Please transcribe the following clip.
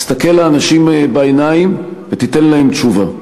תסתכל לאנשים בעיניים ותיתן להם תשובה.